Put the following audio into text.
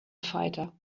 fighter